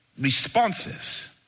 responses